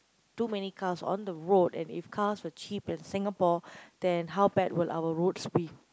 too many cars on the road and if cars was cheap in Singapore then how bad would our roads be